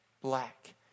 black